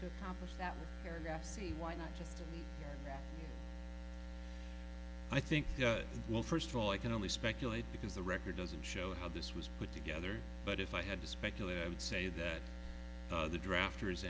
say why not just i think well first of all i can only speculate because the record doesn't show how this was put together but if i had to speculate i would say that the draft